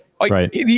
Right